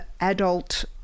adult